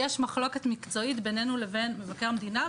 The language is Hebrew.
יש מחלוקת מקצועית בינינו לבין מבקר המדינה,